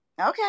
Okay